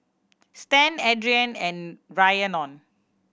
Stan Adriane and Rhiannon